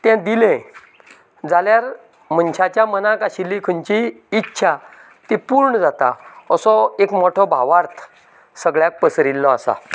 ते दिलें जाल्यार मनशाच्या मनाक आशिल्ली खंयचीय इच्छा ती पुर्ण जाता असो एक मोठो भावार्थ सगळ्याक पसरिल्लो आसा